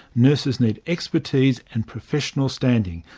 nurses need expertise and professional standing,